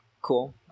cool